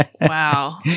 Wow